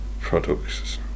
products